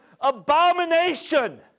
Abomination